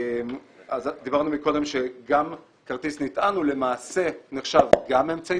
דיברנו קודם שכרטיס נטען למעשה נחשב גם אמצעי